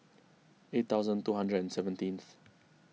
eight thousand two hundred and seventeenth